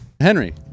Henry